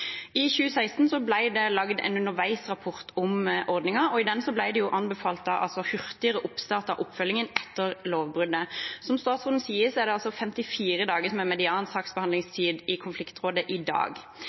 I 2016 ble det laget en underveisrapport om ordningen, og i den ble det anbefalt hurtigere oppstart av oppfølgingen etter lovbruddet. Som statsråden sier, er det 54 dagers saksbehandlingstid, median, i konfliktrådet i dag. Med det kuttet som